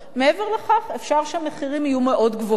ומעבר לכך אפשר שהמחירים יהיו מאוד גבוהים.